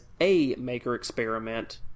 amakerexperiment